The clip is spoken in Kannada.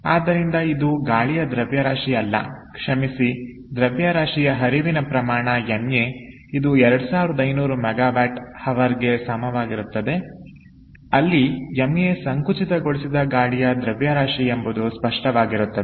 ಆದ್ದರಿಂದ ಇದು ಗಾಳಿಯ ದ್ರವ್ಯರಾಶಿ ಅಲ್ಲ ಕ್ಷಮಿಸಿ ದ್ರವ್ಯರಾಶಿಯ ಹರಿವಿನ ಪ್ರಮಾಣ ma ಇದು 2500 MWH ಗೆ ಸಮನಾಗಿರುತ್ತದೆ ಅಲ್ಲಿ ma ಸಂಕುಚಿತಗೊಳಿಸಿದ ಗಾಳಿಯ ದ್ರವ್ಯರಾಶಿ ಎಂಬುದು ಸ್ಪಷ್ಟವಾಗಿರುತ್ತದೆ